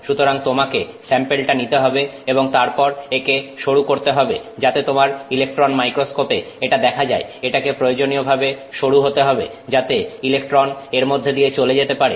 সুতরাং তোমাকে স্যাম্পেলটা নিতে হবে এবং তারপর একে সরু করতে হবে যাতে তোমার ইলেকট্রন মাইক্রোস্কোপে এটা দেখা যায় এটাকে প্রয়োজনীয় ভাবে সরু হতে হবে যাতে ইলেকট্রন এর মধ্যে দিয়ে চলে যেতে পারে